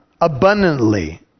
abundantly